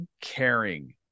caring